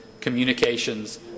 communications